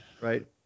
Right